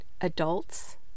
Adults